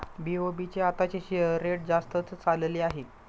BOB चे आताचे share rate जास्तच चालले आहे